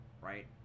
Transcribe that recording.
right